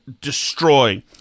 destroy